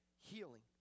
healing